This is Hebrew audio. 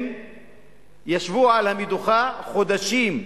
הם ישבו על המדוכה חודשים,